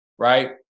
Right